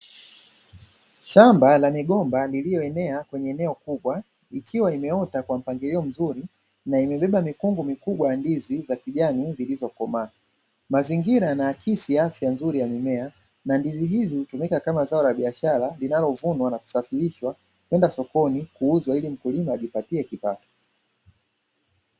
Shamba la migomba lililoenea kwenye eneo kubwa, ikiwa imeota kwa mpangilio mzuri na imebeba mikungu mikubwa ya ndizi za kijani zilizokomaa. Mazingira yanaakisi afya nzuri ya mimea na ndizi hizi hutumika kama zao la biashara linalovunwa na kusafirishwa kwenda sokoni kuuzwa ili mkulima ajipatie kipato.